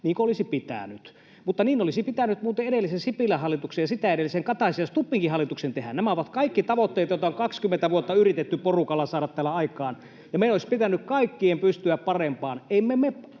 niin kuin olisi pitänyt, mutta niin olisi pitänyt muuten edellisen, Sipilän hallituksen ja sitä edellisen, Kataisen ja Stubbinkin hallituksen tehdä. Nämä ovat kaikki tavoitteita, joita on 20 vuotta yritetty porukalla saada täällä aikaan, ja meidän olisi pitänyt kaikkien pystyä parempaan.